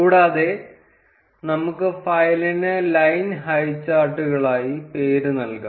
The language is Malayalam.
കൂടാതെ നമുക്ക് ഫയലിന് ലൈൻ ഹൈചാർട്ടുകളായി പേരുനൽകാം